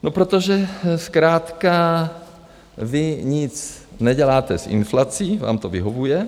No, protože zkrátka vy nic neděláte s inflací, vám to vyhovuje.